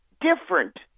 different